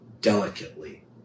delicately